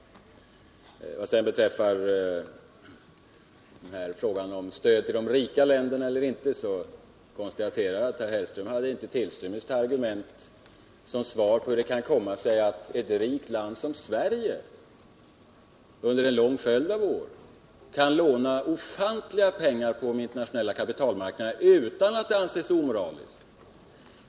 Vad sedan beträffar frågan om stöd tull de rika länderna eller inte konstaterar jag att herr Hellström inte hade en tillstymmelse till argument som svar på hur det kan komma sig att ett rikt land som Sverige under en lång följd av år kan låna ofantliga pengar på de internationella kapital marknaderna utan alt det anses omoraliskt.